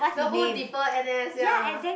the whole defer n_s ya